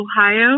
Ohio